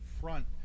front